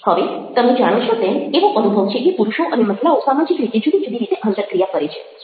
હવે તમે જાણો છો તેમ એવો અનુભવ છે કે પુરુષો અને મહિલાઓ સામાજિક રીતે જુદી જુદી રીતે આંતરક્રિયા કરે છે